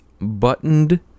buttoned